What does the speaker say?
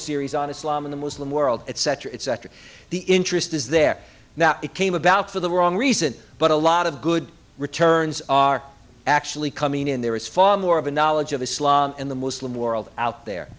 series on islam in the muslim world etc etc the interest is there now it came about for the wrong reason but a lot of good returns are actually coming in there is far more of a knowledge of islam in the muslim world out there